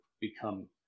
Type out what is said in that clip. become